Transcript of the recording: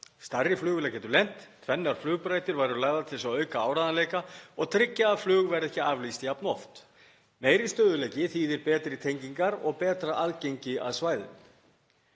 Stærri flugvélar gætu lent, tvær flugbrautir væru lagðar til þess að auka áreiðanleika og tryggja að flugi verði ekki aflýst jafn oft. Meiri stöðugleiki þýðir betri tengingar og betra aðgengi að svæðinu.